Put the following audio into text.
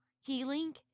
healing